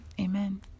amen